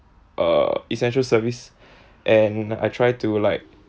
uh essential service and I try to like